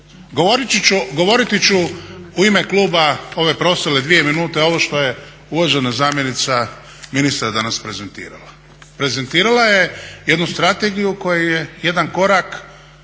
Govorit ću u ime kluba ove preostale 2 minute ovo što je uvažena zamjenica ministra danas prezentirala. Prezentirala je jednu strategiju koja je jedan korak